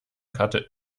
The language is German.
karte